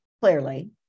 Clearly